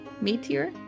meteor